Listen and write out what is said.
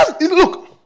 Look